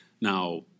Now